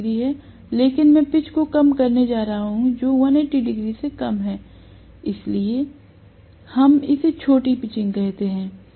लेकिन मैं पिच को कम करने जा रहा हूं जो 180 डिग्री से कम है इसलिए हम इसे छोटी पिचिंग कहते हैं